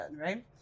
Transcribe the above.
right